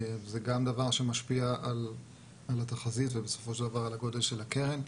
זה גם דבר שמשפיע על התחזית ובסופו של דבר על גודל הקרן.